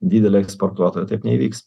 didelė eksportuotoja taip neįvyks